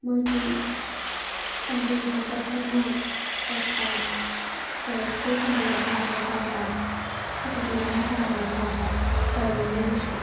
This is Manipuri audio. ꯃꯣꯏꯒꯤ ꯁꯟꯗꯦꯗ ꯆꯠꯄꯅ ꯆꯠꯄ ꯆꯔꯆꯁꯦ ꯁꯟꯗꯦꯗ ꯀꯥꯕꯅ ꯀꯥꯕ ꯁꯇꯔꯗꯦꯗꯅ ꯀꯥꯕꯅ ꯀꯥꯕ ꯇꯧꯋꯦ ꯃꯣꯏꯒꯤꯁꯨ